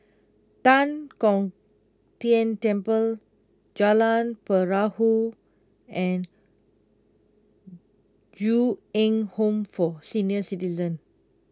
Tan Kong Tian Temple Jalan Perahu and Ju Eng Home for Senior Citizens